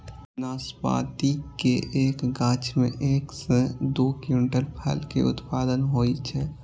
नाशपाती के एक गाछ मे एक सं दू क्विंटल फल के उत्पादन होइ छै